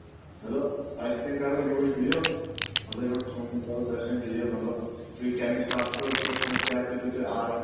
مےٚ دوٚپ تۄہہِ سۭتٮۍ کرو یِہُس ڈیٖل مطلب یِمَن ژوٗنٛٹھٮ۪ن کرو تۄہہِ سۭتۍ ڈیٖل مطلب تُہۍ کَمہِ حِسابہٕ کٔژ پٔرسنٛٹ کیٛاہ ژٔٹِو تُہۍ آرَر